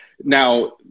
Now